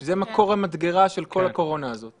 זה מקור המדגרה של כל הקורונה הזו.